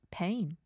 pain